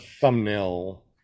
thumbnail